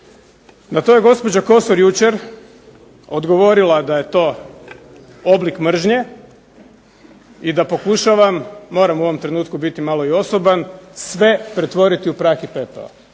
Na to je gospođa Kosor jučer odgovorila da je to oblik mržnje i da pokušavam, moram u ovom trenutku biti malo i osoban, sve pretvoriti u prah i pepeo.